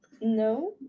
No